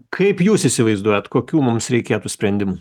kaip jūs įsivaizduojat kokių mums reikėtų sprendimų